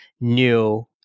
new